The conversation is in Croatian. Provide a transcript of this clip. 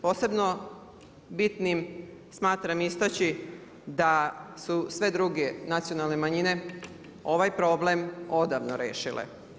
Posebno bitnim smatram istaći da su sve druge nacionalne manjine ovaj problem odavno rešile.